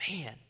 man